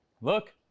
look